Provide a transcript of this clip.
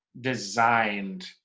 designed